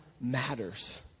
matters